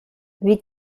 wie